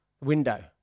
window